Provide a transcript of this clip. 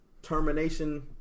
termination